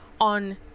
on